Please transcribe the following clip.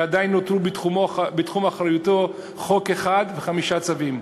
ועדיין נותרו בתחום אחריותו חוק אחד וחמישה צווים.